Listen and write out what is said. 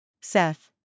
Seth